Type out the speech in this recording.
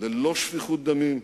ללא שפיכות דמים,